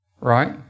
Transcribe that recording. Right